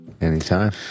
Anytime